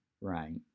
right